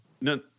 No